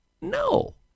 No